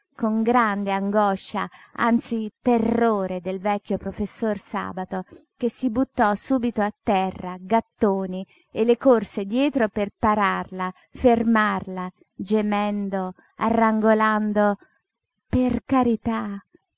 con grande angoscia anzi terrore del vecchio professor sabato che si buttò subito a terra gattoni e le corse dietro per pararla fermarla gemendo arrangolando per carità per carità